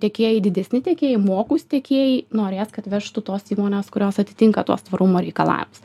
tiekėjai didesni tiekėjai mokūs tiekėjai norės kad vežtų tos įmonės kurios atitinka tuos tvarumo reikalavimus